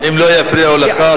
אם לא יפריעו לך.